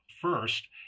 first